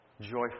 joyful